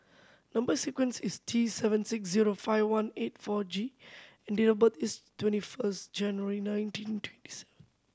number sequence is T seven six zero five one eight four G and date of birth is twenty first January nineteen twenty seven